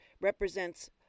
represents